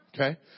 Okay